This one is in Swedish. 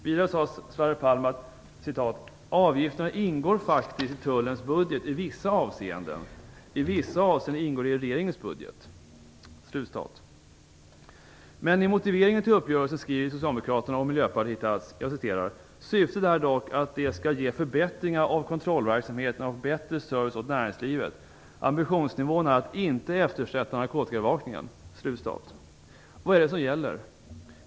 Vidare sade Sverre Palm: "Avgifterna ingår faktiskt i Tullens budget i vissa avseenden. I vissa avseenden ingår de i regeringens budget." Men i motiveringen till uppgörelsen skriver Socialdemokraterna och Miljöpartiet: "Syftet är dock att de skall ge förbättringar av kontrollverksamheten och bättre service åt näringslivet. Ambitionsnivån är att inte eftersätta narkotikabevakningen." Vad är det som gäller?